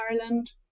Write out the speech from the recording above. Ireland